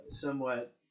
somewhat